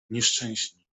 nieszczęśni